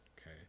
Okay